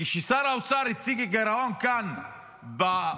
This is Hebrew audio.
כששר האוצר הציג את הגירעון כאן במליאה,